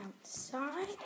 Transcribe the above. outside